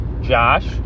Josh